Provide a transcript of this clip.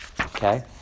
Okay